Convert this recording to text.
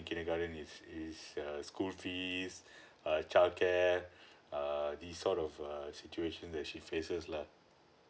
kindergarten is is err school fees uh child care err this sort of err situation that she faces lah